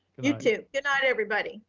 you too. goodnight everybody.